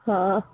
हँ